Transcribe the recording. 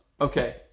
Okay